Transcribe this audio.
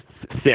six